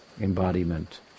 embodiment